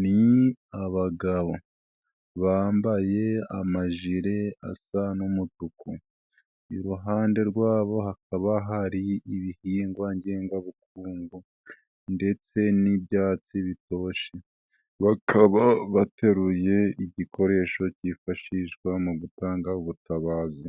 Ni abagabo bambaye amajire asa n'umutuku, iruhande rwabo hakaba hari ibihingwa ngengabukungu, ndetse n'ibyatsi bitoshye, bakaba bateruye igikoresho kifashishwa mu gutanga ubutabazi,